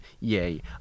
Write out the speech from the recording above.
Yay